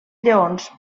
lleons